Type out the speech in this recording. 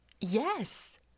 Yes